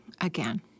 again